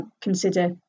consider